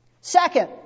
Second